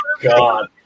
God